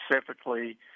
Specifically